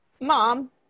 Mom